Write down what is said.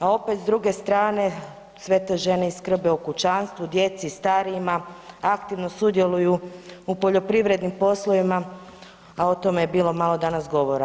a opet s druge strane sve te žene skrbe o kućanstvu, djeci, starijima, aktivno sudjeluju u poljoprivrednim poslovima, a o tome je bilo malo danas govora.